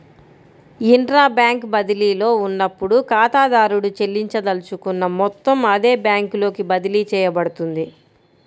intra bank బదిలీలో ఉన్నప్పుడు, ఖాతాదారుడు చెల్లించదలుచుకున్న మొత్తం అదే బ్యాంకులోకి బదిలీ చేయబడుతుంది